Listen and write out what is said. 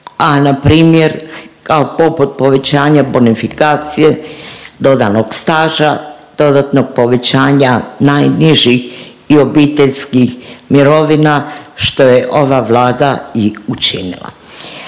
a npr. kao poput povećanja bonifikacije, dodanog staža, dodatnog povećanja najnižih i obiteljskih mirovina, što je ova Vlada i učinila.